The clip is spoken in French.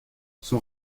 son